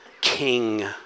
king